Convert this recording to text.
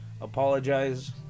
apologize